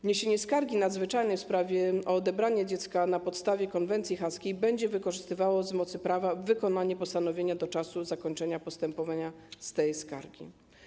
Wniesienie skargi nadzwyczajnej w sprawie o odebranie dziecka na podstawie konwencji haskiej będzie wstrzymywało z mocy prawa wykonanie postanowienia do czasu zakończenia postępowania z tej skargi.